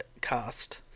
cast